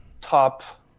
top